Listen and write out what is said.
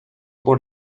por